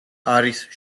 არის